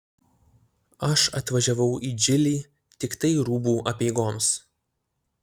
aš atvažiavau į džilį tiktai rūbų apeigoms